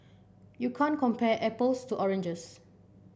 you can't compare apples to oranges